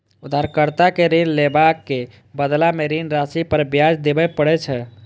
उधारकर्ता कें ऋण लेबाक बदला मे ऋण राशि पर ब्याज देबय पड़ै छै